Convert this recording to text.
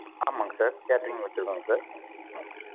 ஆமாங்க sir catering வச்சுருக்கோங்க sir ஆ